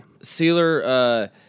Sealer